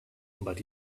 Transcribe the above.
but